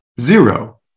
Zero